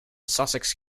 sussex